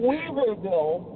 Weaverville